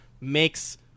makes